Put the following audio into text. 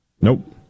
Nope